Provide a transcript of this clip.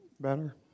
better